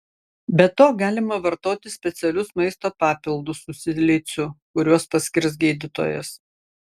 be to galima vartoti specialius maisto papildus su siliciu kuriuos paskirs gydytojas